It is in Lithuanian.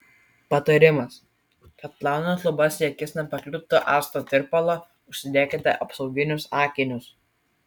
patarimas kad plaunant lubas į akis nepakliūtų acto tirpalo užsidėkite apsauginius akinius